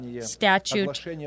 statute